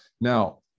Now